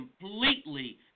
completely